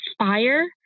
inspire